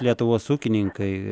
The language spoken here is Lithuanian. lietuvos ūkininkai